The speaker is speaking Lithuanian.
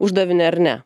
uždavinį ar ne